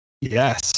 Yes